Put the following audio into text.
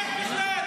תתביישי לך.